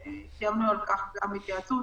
קיימנו על כך גם התייעצות.